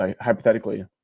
hypothetically